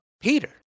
Peter